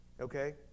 okay